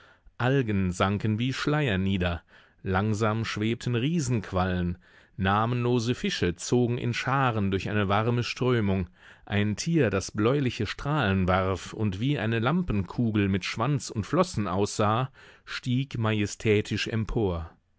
algen sanken wie schleier nieder langsam schwebten riesenquallen namenlose fische zogen in scharen durch eine warme strömung ein tier das bläuliche strahlen warf und wie eine lampenkugel mit schwanz und flossen aussah stieg majestätisch empor